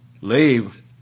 leave